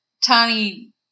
tiny